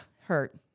hurt